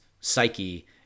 psyche